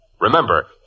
Remember